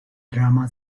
drama